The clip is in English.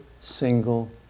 single